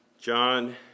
John